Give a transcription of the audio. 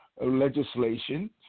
legislation